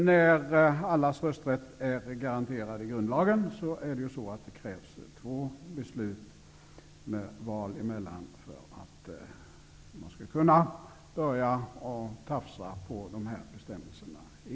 När allas rösträtt är garanterad i grundlagen krävs två beslut med val emellan för att man skall kunna börja tafsa på bestämmelserna.